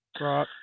Right